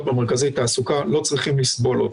במרכזי תעסוקה לא צריכים לסבול עוד.